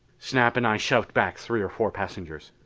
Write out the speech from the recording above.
snap and i shoved back three or four passengers.